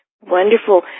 Wonderful